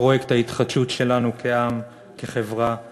בפרויקט ההתחדשות שלנו כעם, כחברה וכמדינה.